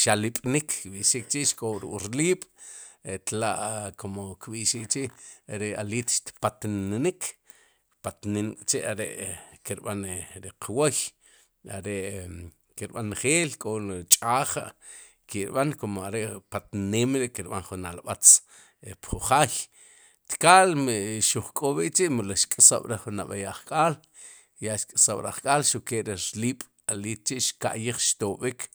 xalib'nik chi'xk'ob'ruk'wu rliib' tla'kum kb'i'xik chi' ri aliit tpatnxik, tpatnim k'chi' are'ki rb'an ri qwoy are ki rb'an njel ch'aje ki'rb'an kum are ri patnem ri kirb'an jun alb'atz pju jaay tkaal xuj k'osb'ik k'chi' mel xk'sob' jun nab'ey ajk'al ya xk'sob'ri ajk'al xuq ke ri rliib'aliit chi'xka'yij chi'xtob'ik.